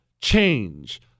change